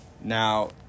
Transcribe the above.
Now